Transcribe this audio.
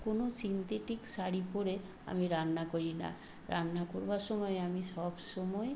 কোনও সিন্থেটিক শাড়ি পরে আমি রান্না করি না রান্না করবার সময় আমি সবসময়